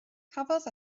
cafodd